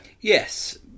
Yes